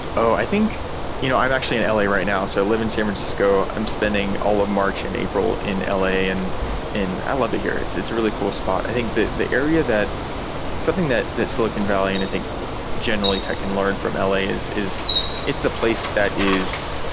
oh, i think you know i'm actually in l a. right now. so i live in san francisco. i'm spending all of march and april in l a, and i love it here. it's it's a really cool spot. i think the the area something that that silicon valley, and i think generally tech and learn from l a, is is it's a place that is,